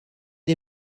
des